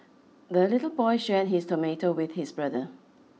the little boy shared his tomato with his brother